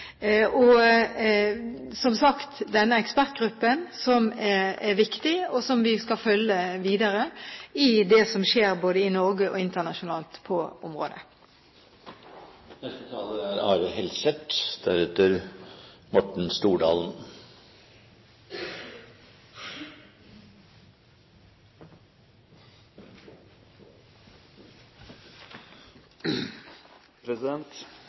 og som sagt denne ekspertgruppen, som er viktig, og som vi skal følge videre i det som skjer både i Norge og internasjonalt på området.